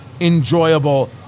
enjoyable